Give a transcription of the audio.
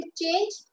change